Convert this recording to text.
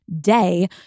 day